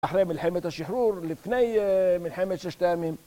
אחרי מלחמת השחרור, לפני מלחמת ששת הימים